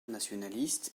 nationaliste